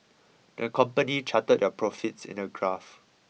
the company charted their profits in a graph